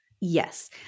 Yes